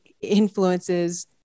influences